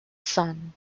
son